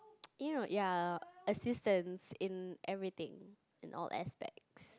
you know ya assistance in everything in all aspects